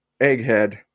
Egghead